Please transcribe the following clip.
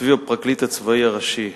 סביב הפרקליט הצבאי הראשי.